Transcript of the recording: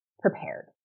prepared